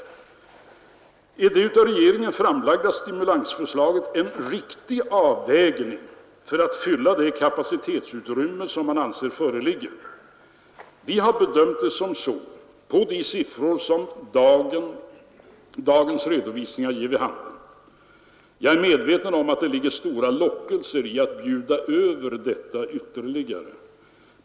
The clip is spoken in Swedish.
Är det av regeringen framlagda stimulansförslaget en riktig avvägning för att fylla det kapacitetsutrymme som man anser föreligger? Vi har bedömt det så på de siffror som dagens redovisningar ger vid handen. Jag är medveten om att det ligger stora lockelser i att bjuda över detta ytterligare.